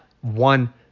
one